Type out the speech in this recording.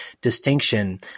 distinction